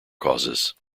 causes